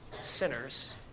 sinners